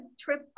trip